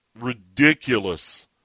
ridiculous